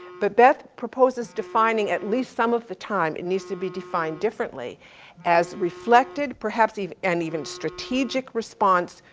but beth proposes to finding, at least some of the time, it needs to be defined differently as reflected. perhaps eve, and even strategic response,